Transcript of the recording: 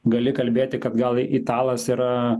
gali kalbėti kad gal italas yra